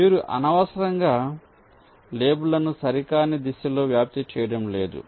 మీరు అనవసరంగా లేబుల్లను సరికాని దిశలో వ్యాప్తి చేయడం లేదు